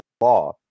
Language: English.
law